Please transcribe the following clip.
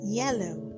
yellow